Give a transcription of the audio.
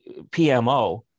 PMO